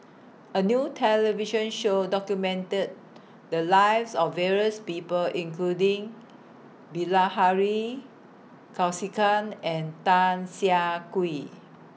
A New television Show documented The Lives of various People including Bilahari Kausikan and Tan Siah Kwee